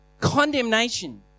condemnation